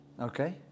Okay